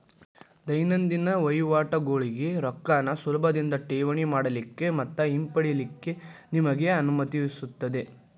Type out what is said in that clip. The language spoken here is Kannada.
ದೈನಂದಿನ ವಹಿವಾಟಗೋಳಿಗೆ ರೊಕ್ಕಾನ ಸುಲಭದಿಂದಾ ಠೇವಣಿ ಮಾಡಲಿಕ್ಕೆ ಮತ್ತ ಹಿಂಪಡಿಲಿಕ್ಕೆ ನಿಮಗೆ ಅನುಮತಿಸುತ್ತದೆ